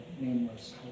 nameless